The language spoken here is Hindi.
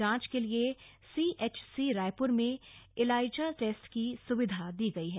जांच के लिए सीएचसी रायपुर में एलाइजा टेस्ट की सुविधा दी गयी है